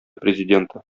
президенты